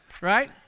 Right